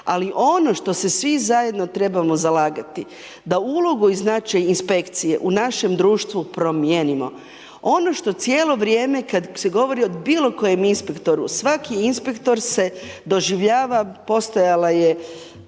Ali ono što se svi zajedno trebamo zalagati, da ulogu koju znače inspekcije u našem društvu promijenimo. Ono što cijelo vrijeme kad se govori o bilokojem inspektoru, svaki inspektor se doživljava, postojala je